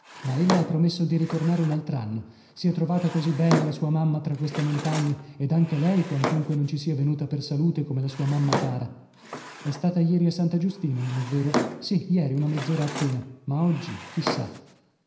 ma ella ha promesso di ritornare un altr'anno si è trovata così bene la sua mamma tra queste montagne ed anche lei quantunque non ci sia venuta per salute come la sua mamma cara è stata ieri a santa giustina non è vero sì ieri una mezz'ora appena ma oggi chi